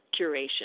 curation